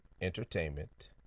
Entertainment